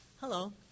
Hello